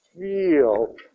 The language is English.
feel